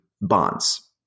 bonds